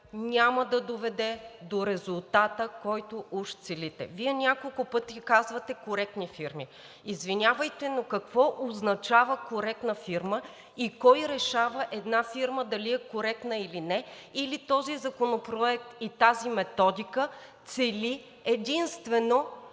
няма да доведе до резултата, който уж целите. Вие няколко пъти казвате „коректни фирми“. Извинявайте, но какво означава коректна фирма и кой решава една фирма дали е коректна или не, или този законопроект и тази методика цели единствено